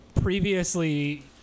previously